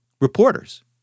reporters